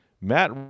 Matt